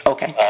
Okay